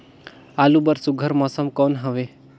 आलू बर सुघ्घर मौसम कौन हवे?